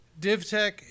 DivTech